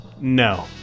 No